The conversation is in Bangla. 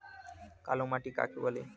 কালো মাটি কাকে বলে?